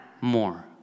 more